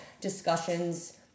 discussions